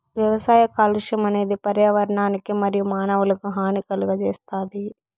వ్యవసాయ కాలుష్యం అనేది పర్యావరణానికి మరియు మానవులకు హాని కలుగజేస్తాది